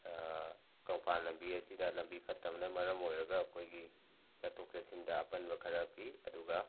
ꯀꯪꯐꯥꯟ ꯂꯝꯕꯤ ꯑꯁꯤꯗ ꯂꯝꯕꯤ ꯐꯠꯇꯕꯅ ꯃꯔꯝ ꯑꯣꯏꯔꯒ ꯑꯩꯈꯣꯏꯒꯤ ꯆꯠꯊꯣꯛ ꯆꯠꯁꯤꯟꯗ ꯑꯄꯟꯕ ꯈꯔ ꯄꯤ ꯑꯗꯨꯒ